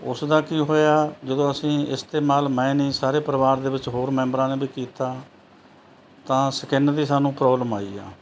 ਉਸਦਾ ਕੀ ਹੋਇਆ ਜਦੋਂ ਅਸੀਂ ਇਸਤੇਮਾਲ ਮੈਂ ਨਹੀਂ ਸਾਰੇ ਪਰਿਵਾਰ ਦੇ ਵਿੱਚ ਹੋਰ ਮੈਂਬਰਾਂ ਨੇ ਵੀ ਕੀਤਾ ਤਾਂ ਸਕਿੰਨ ਦੀ ਸਾਨੂੰ ਪ੍ਰੋਬਲਮ ਆਈ ਆ